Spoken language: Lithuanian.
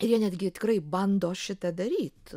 ir jie netgi tikrai bando šitą daryt